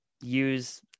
use